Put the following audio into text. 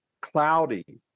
cloudy